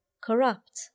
corrupt